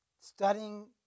studying